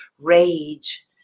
rage